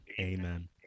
Amen